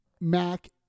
Mac